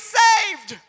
saved